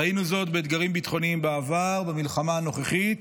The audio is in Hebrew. ראינו זאת באתגרים ביטחוניים בעבר ובמלחמה הנוכחית,